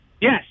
Yes